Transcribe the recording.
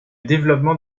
développement